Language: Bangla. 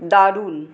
দারুণ